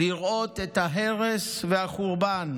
לראות את ההרס והחורבן,